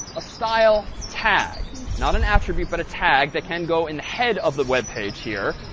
a style tag. not an attribute, but a tag that can go in the head of the web page here.